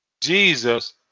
Jesus